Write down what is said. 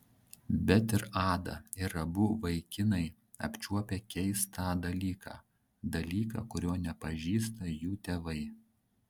bet ir ada ir abu vaikinai apčiuopę keistą dalyką dalyką kurio nepažįsta jų tėvai